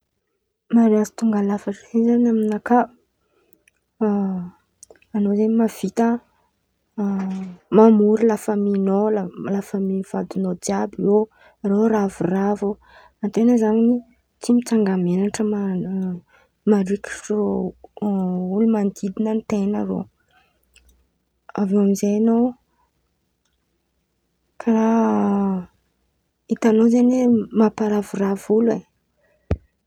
Mariazy tônga lafatra zen̈y aminaka, an̈ao zen̈y mavita mamory lafaminao, lafamy vadin̈inao jiàby eo irô ravoravo aten̈a zan̈y tsy mitsanga-men̈atra marikitry irô olo manodidin̈a an-ten̈a irô, avy eo amizay an̈ao mavita mamparavoravo olo e!